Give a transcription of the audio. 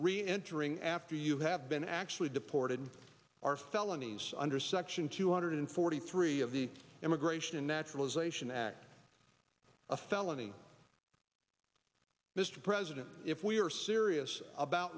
reentering after you have been actually deported are felonies under section two hundred forty three of the immigration and naturalization act a felony mr president if we are serious about